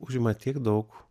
užima tiek daug